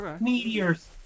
meteors